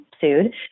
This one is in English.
sued